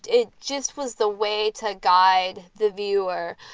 it just was the way to guide the viewer.